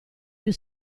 più